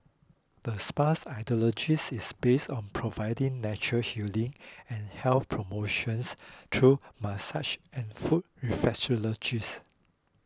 the spa's ideologies is based on providing natural healing and health promotions through massage and foot reflexologies